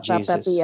Jesus